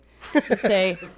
say